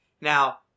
Now